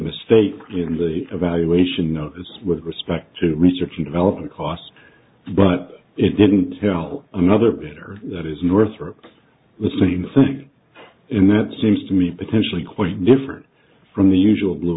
mistake in the evaluation notice with respect to research and development costs but it didn't tell another printer that is northrop the same thing and that seems to me potentially quite different from the usual blue